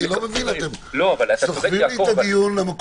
אני לא מבין,